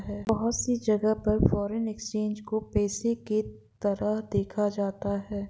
बहुत सी जगह पर फ़ोरेन एक्सचेंज को पेशे के तरह देखा जाता है